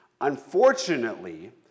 Unfortunately